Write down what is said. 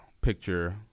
picture